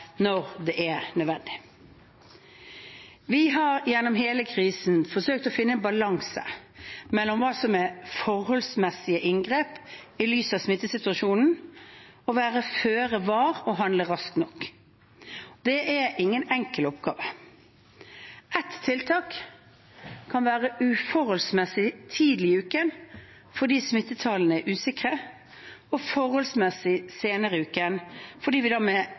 når det er nødvendig. Vi har gjennom hele krisen forsøkt å finne en balanse mellom hva som er forholdsmessige inngrep i lys av smittesituasjonen, og være føre var og handle raskt nok. Det er ingen enkel oppgave. Et tiltak kan være uforholdsmessig tidlig i uken fordi smittetallene er usikre, og forholdsmessig senere i uken fordi vi da med